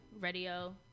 radio